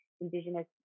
Indigenous